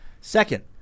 Second